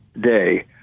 Day